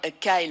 Kyle